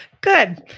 Good